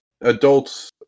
adults